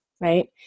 right